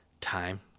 time